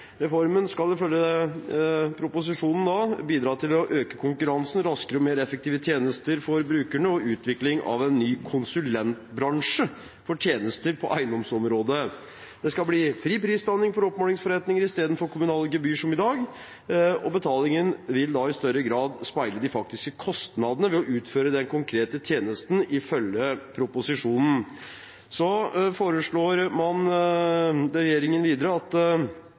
Reformen skal ifølge proposisjonen bidra til økt konkurranse, raskere og mer effektive tjenester for brukerne og utvikling av en ny konsulentbransje for tjenester på eiendomsområdet. Det skal bli fri prisdanning på oppmålingsforretninger i stedet for kommunale gebyr som i dag, og betalingen vil da i større grad speile de faktiske kostnadene ved å utføre den konkrete tjenesten, ifølge proposisjonen. Regjeringen foreslår videre at